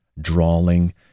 drawling